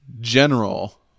general